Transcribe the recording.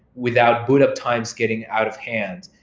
without boot up times getting out of hand,